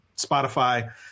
spotify